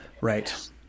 Right